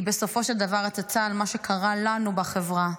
בסופו של דבר, היא הצצה אל מה שקרה לנו בחברה.